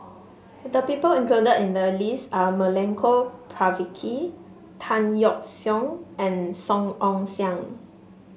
the people included in the list are Milenko Prvacki Tan Yeok Seong and Song Ong Siang